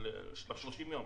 ב-30 יום